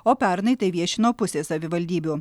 o pernai tai viešino pusė savivaldybių